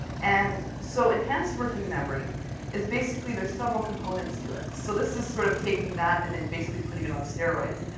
and so enhanced working memory basically there's several components to it. so this is sort of taking that, and then basically putting it on steroids.